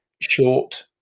short